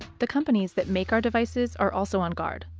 the companies that make our devices are also on guard.